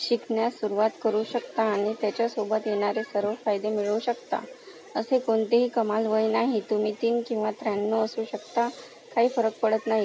शिकण्यास सुरुवात करू शकता आणि त्याच्यासोबत येणारे सर्व फायदे मिळवू शकता असे कोणतेही कमाल वय नाही तुम्ही तीन किंवा त्र्याण्णव असू शकता काही फरक पडत नाही